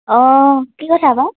অঁ কি কথা বাৰু